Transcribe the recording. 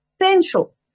essential